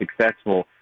successful